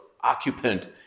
occupant